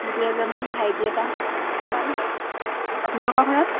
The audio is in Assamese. ভনী এজনী ভাইটি এটা সিমানেই আপোনালোকৰ ঘৰত